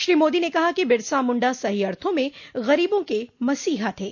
श्री मोदी ने कहा कि बिरसा मुंडा सही अर्थों में गरीबों के मसीहा थे